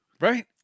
Right